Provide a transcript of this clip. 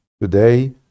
Today